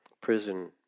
prison